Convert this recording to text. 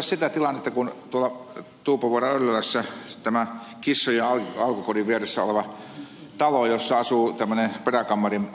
mietitäänpäs sitä tilannetta kun tuolla tuupovaaran öllölässä on tämä kissojen alkukodin vieressä oleva talo jossa asuu tämmöinen peräkammarin